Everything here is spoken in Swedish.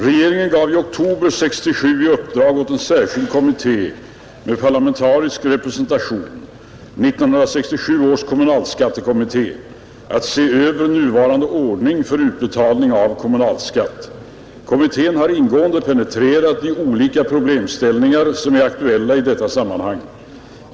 Regeringen gav i oktober 1967 i uppdrag åt en särskild kommitté med parlamentarisk representation, 1967 års kommunalskattekommitté, att se över nuvarande ordning för utbetalning av kommunalskatt. Kommittén har ingående penetrerat de olika problemställningar som är aktuella i detta sammanhang.